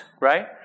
right